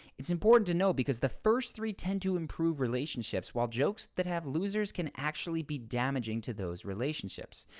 it's important to know because the first three tend to improve relationships while jokes that have losers can actually be damaging to those relationships.